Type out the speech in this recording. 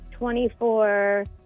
24